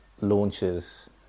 launches